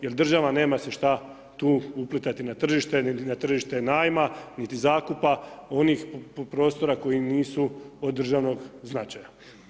Jer država nema se šta tu uplitati na tržište niti na tržište najma niti zakupa onih prostora koji nisu od državnog značaja.